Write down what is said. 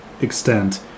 extent